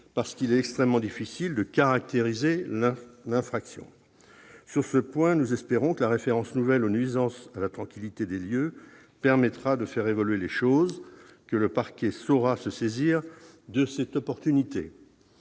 parce qu'il est extrêmement difficile de caractériser l'infraction. Sur ce point, nous espérons que la référence nouvelle aux nuisances à la tranquillité des lieux permettra de faire évoluer les choses et que le parquet saura se saisir de cette possibilité.